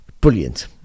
brilliant